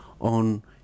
on